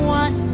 one